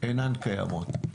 אינן קיימות.